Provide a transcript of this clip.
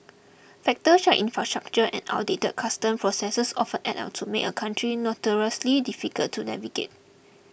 factors such as infrastructure and outdated customs processes often add up to make a country notoriously difficult to navigate